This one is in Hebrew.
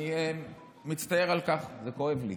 אני מצטער על כך וכואב לי.